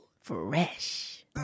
Fresh